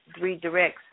redirects